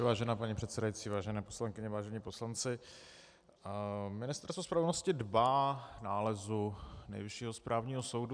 Vážená paní předsedající, vážené poslankyně, vážení poslanci, Ministerstvo spravedlnosti dbá nálezu Nejvyššího správního soudu.